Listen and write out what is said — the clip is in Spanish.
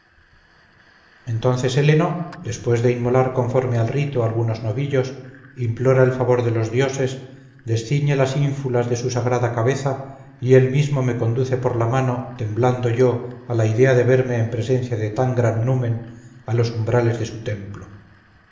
entonces héleno después de inmolar conforme al rito algunos novillos implora el favor de los dioses desciñe las ínfulas de su sagrada cabeza y él mismo me conduce por la mano temblando yo a la idea de verme en presencia de tan gran numen a los umbrales de su templo